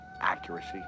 Accuracy